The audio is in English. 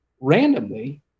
randomly